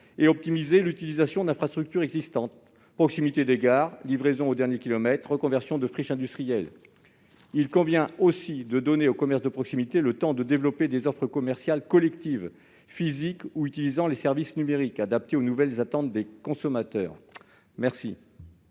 et d'optimiser l'utilisation d'infrastructures existantes : proximité des gares, livraison au dernier kilomètre, reconversion de friches industrielles. Il convient aussi de donner aux commerces de proximité le temps de développer des offres commerciales collectives, physiques ou utilisant les services numériques adaptés aux nouvelles attentes des consommateurs. Les